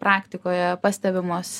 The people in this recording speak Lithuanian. praktikoje pastebimos